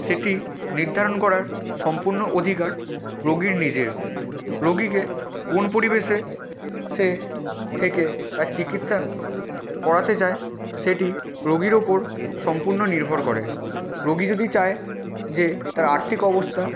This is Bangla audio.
সেটি নির্ধারণ করার সম্পূর্ণ অধিকার রোগীর নিজের রোগীকে কোন পরিবেশে সে থেকে তার চিকিৎসা করাতে চায় সেটি রোগীর ওপর সম্পূর্ণ নির্ভর করে রোগী যদি চায় যে তার আর্থিক অবস্থা